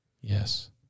yes